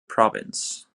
province